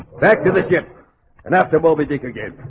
back to the ship and after bobby dick again